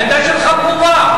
העמדה שלך ברורה.